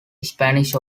spanish